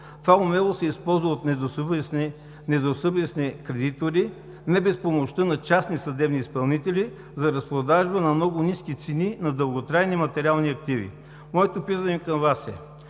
Това умело се използва от недобросъвестни кредитори, не без помощта на частни съдебни изпълнители, за разпродажба на много ниски цени на дълготрайни материални активи. Моето питане към Вас е: